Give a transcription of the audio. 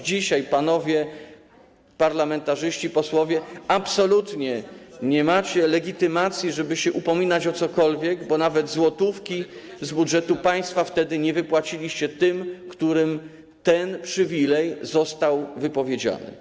Dzisiaj panowie parlamentarzyści, posłowie absolutnie nie macie legitymacji, żeby się upominać o cokolwiek, bo nawet złotówki z budżetu państwa wtedy nie wypłaciliście tym, którym ten przywilej został wypowiedziany.